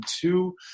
two